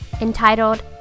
entitled